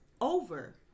over